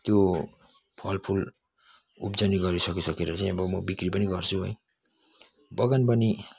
त्यो फल फुल उब्जनी गरी सकिसकेर चाहिँ अब म बिक्री पनि गर्छु है बगानबानी